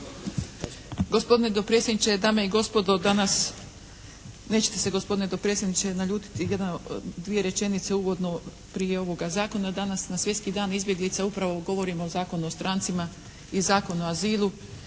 Gospodine dopredsjedniče, dame i gospodo. Danas nećete se gospodine dopredsjedniče naljutiti, dvije rečenice uvodno prije ovoga Zakona. Danas na svjetski dan izbjeglica upravo govorimo o Zakonu o strancima i Zakonu o azilu